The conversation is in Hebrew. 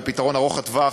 והפתרון ארוך הטווח,